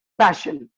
passion